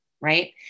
right